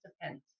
depends